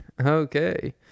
Okay